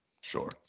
Sure